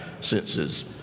senses